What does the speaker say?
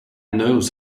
knows